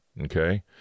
Okay